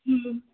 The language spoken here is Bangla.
হুম